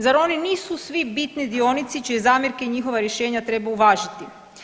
Zar oni nisu svi bitni dionici čije zamjerke i njihova rješenja treba uvažiti?